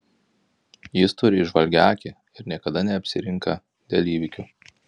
jis turi įžvalgią akį ir niekada neapsirinka dėl įvykių